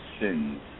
sins